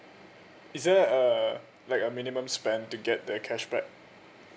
is there uh like a minimum spend to get the cashback